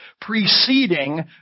preceding